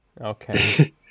Okay